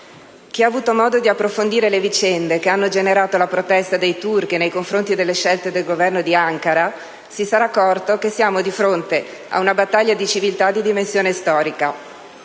Chi ha avuto modo di approfondire le vicende che hanno generato la protesta dei turchi nei confronti delle scelte del Governo di Ankara si sarà accorto che siamo di fronte a una battaglia di civiltà di dimensione storica.